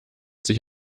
sich